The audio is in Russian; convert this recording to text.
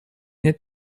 нет